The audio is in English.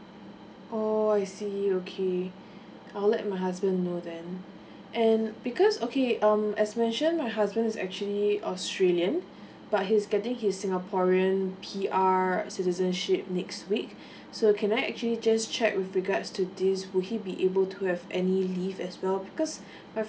oo I see okay I'll let my husband know then and because okay um as mentioned my husband is actually australian but he's getting his singaporean P_R citizenship next week so can I actually just check with regard to this would he be able to have any leave as well because my